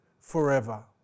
forever